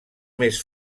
més